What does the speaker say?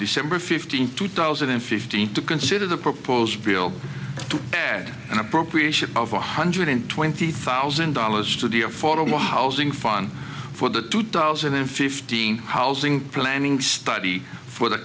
december fifteenth two thousand and fifteen to consider the proposed bill to add an appropriation of one hundred twenty thousand dollars to the affordable housing fun for the two thousand and fifteen housing planning study for the